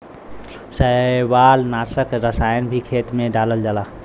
शैवालनाशक रसायन भी खेते में डालल जाला